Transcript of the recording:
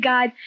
God